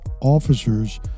officers